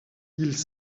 ils